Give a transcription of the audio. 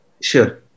Sure